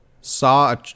saw